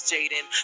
Jaden